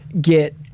get